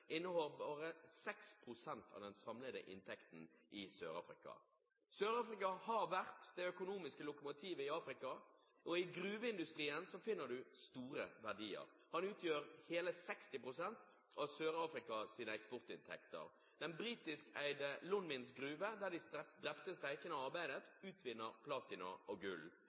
bare 6 pst. av den samlede inntekten i Sør-Afrika. Sør-Afrika har vært det økonomiske lokomotivet i Afrika, og i gruveindustrien finner man store verdier. Denne industrien utgjør hele 60 pst. av Sør-Afrikas eksportinntekter. Den britisk eide Lonmin-gruven, der de drepte streikende arbeidet, utvinner platina og gull.